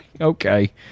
Okay